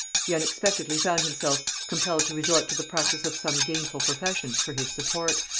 he unexpectedly found himself compelled to resort to the practice of some gainful profession for his support.